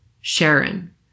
Sharon